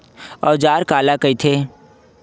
औजार काला कइथे?